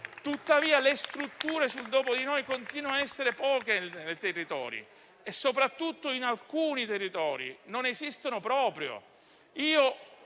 Tuttavia, le strutture sul dopo di noi continuano a essere poche nei territori e, soprattutto in alcuni territori, non esistono proprio.